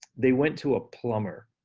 they went to a plumber.